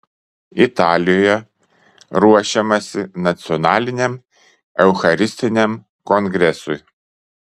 italijoje ruošiamasi nacionaliniam eucharistiniam kongresui